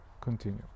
continue